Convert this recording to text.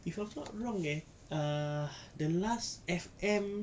if I'm not wrong eh uh the last F_M